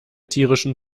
tierischen